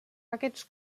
aquests